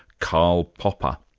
karl popper.